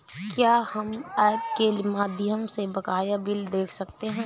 क्या हम ऐप के माध्यम से बकाया बिल देख सकते हैं?